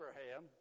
Abraham